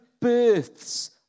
births